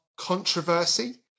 controversy